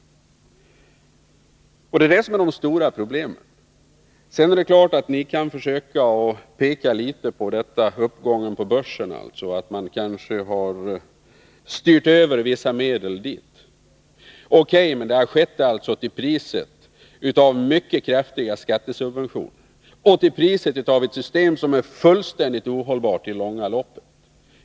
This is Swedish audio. Det är detta som är Nr 105 de stora problemen. Onsdagen den Sedan kan ni ju peka på uppgången på börsen och säga att man kanske har 23 mars 1983 styrt över vissa medel dit. O.K., men det har skett till priset av mycket kraftiga skattesubventioner och till priset av ett system som är fullständigt ohållbart i det långa loppet.